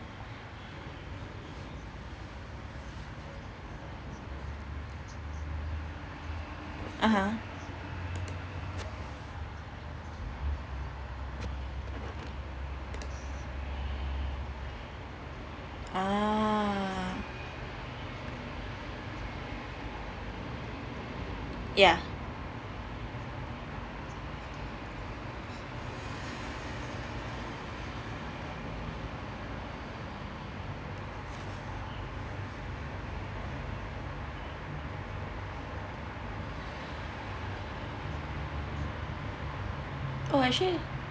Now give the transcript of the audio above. (uh huh) oo ya oh I see